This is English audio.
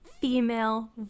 female